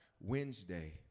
Wednesday